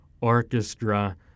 orchestra